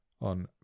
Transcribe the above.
on